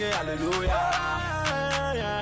hallelujah